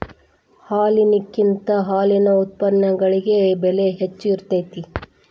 ಹಾಲಿನಕಿಂತ ಹಾಲಿನ ಉತ್ಪನ್ನಗಳಿಗೆ ಬೆಲೆ ಹೆಚ್ಚ ಇರತೆತಿ